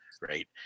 Right